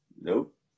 Nope